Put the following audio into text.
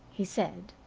he said,